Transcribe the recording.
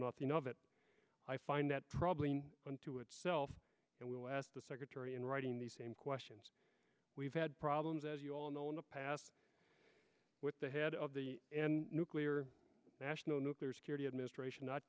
nothing of it i find that troubling unto itself and we'll ask the secretary in writing the same questions we've had problems as you all know in the past with the head of the nuclear national nuclear security administration not